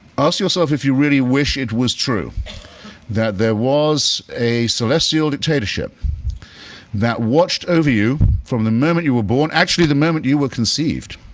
ask yourself if you really wish it was true that there was a celestial dictatorship that watched over you from the moment you were born, actually the moment you were conceived,